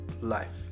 life